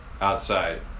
outside